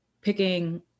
picking